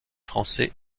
français